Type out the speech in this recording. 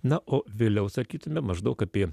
na o vėliau sakytume maždaug apie